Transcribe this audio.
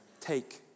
take